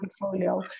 portfolio